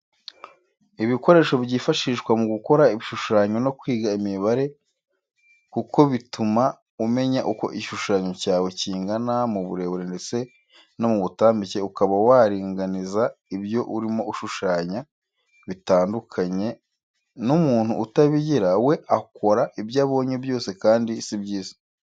Ibikoresho byifashishwa mu gukora ibishushanyo no kwiga imibare kuko bituma umemya uko igishushanyo cyawe kingana mu burebure ndetse no mu butambike, ukaba waringaniza ibyo urimo urashushanya bitandukanye n'umuntu utabigira we akora ibyo abonye byose kandi si byiza.